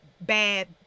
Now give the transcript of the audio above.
bad